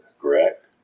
correct